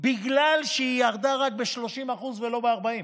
בגלל שהיא ירדה רק ב-30% ולא ב-40%.